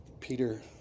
Peter